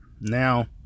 now